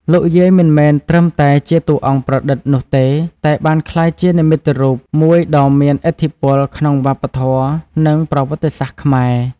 លោកយាយមិនមែនត្រឹមតែជាតួអង្គប្រឌិតនោះទេ តែបានក្លាយជានិមិត្តរូបមួយដ៏មានឥទ្ធិពលក្នុងវប្បធម៌ និងប្រវត្តិសាស្ត្រខ្មែរ។